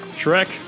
Shrek